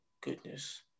goodness